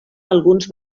alguns